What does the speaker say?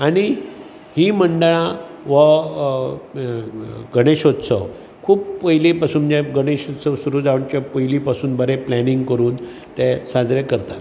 आनी हीं मंडळां वों ह गणेश उत्सव खूब पयलीं पसून जे गणेश उत्सव सुरू जावचे पयलीं पसून बरे प्लेनींग करून ते सादरी करतात